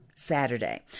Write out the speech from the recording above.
Saturday